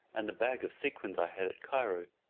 and the bag of sequins i had at cairo?